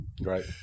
Right